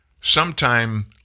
sometime